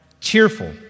cheerful